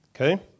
Okay